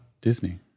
Disney